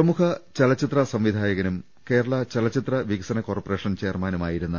പ്രമുഖ ചലച്ചിത്ര സംവിധായകനും കേരള ചലച്ചിത്ര വികസന കോർപ്പറേഷൻ ചെയർമാനുമായിരുന്ന